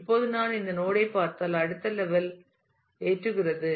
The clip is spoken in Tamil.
இப்போது நான் இந்த நோட் ஐ பார்த்தால் அடுத்த லெவல் ஏற்றுகிறது